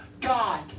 God